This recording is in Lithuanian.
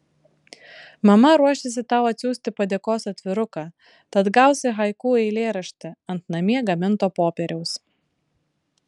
mama ruošiasi tau atsiųsti padėkos atviruką tad gausi haiku eilėraštį ant namie gaminto popieriaus